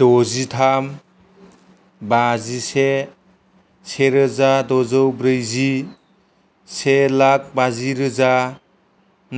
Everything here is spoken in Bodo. द'जिथाम बाजिसे से रोजा द'जौ ब्रैजि से लाख बाजि रोजा